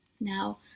Now